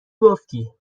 گفتی